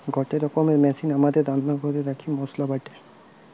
গটে রকমের মেশিন আমাদের রান্না ঘরে রাখি মসলা বাটে